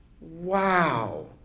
Wow